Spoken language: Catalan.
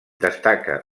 destaca